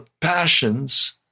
passions